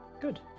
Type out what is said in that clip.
Good